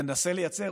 תנסה לייצר